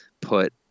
put